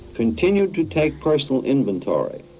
continue to take personal inventory,